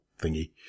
thingy